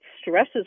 stresses